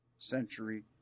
century